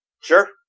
Sure